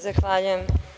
Zahvaljujem.